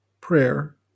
prayer